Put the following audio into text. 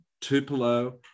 Tupelo